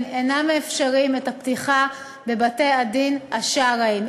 אינם מאפשרים את הפתיחה בבתי-הדין השרעיים.